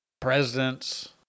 presidents